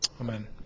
Amen